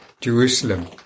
Jerusalem